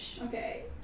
Okay